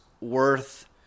worth